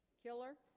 killer